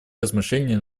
размышлений